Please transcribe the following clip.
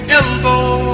elbow